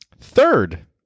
Third